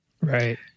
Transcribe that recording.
Right